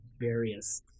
various